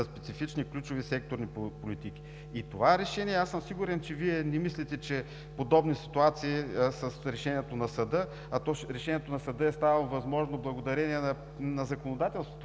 специфични ключови секторни политики. И това решение, аз съм сигурен, че Вие не мислите, че подобни ситуации с решението на съда – а решението на съда е станало възможно благодарение на законодателството,